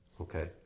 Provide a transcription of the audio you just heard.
Okay